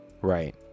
right